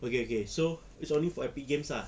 okay okay so it's only for epic games ah